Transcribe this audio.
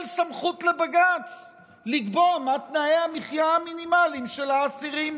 סמכות לבג"ץ לקבוע מה תנאי המחיה המינימליים של האסירים.